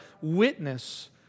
witness